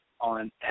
on